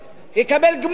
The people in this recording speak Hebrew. יקבל גמול.